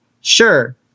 sure